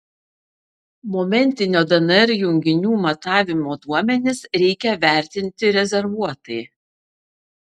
momentinio dnr junginių matavimo duomenis reikia vertinti rezervuotai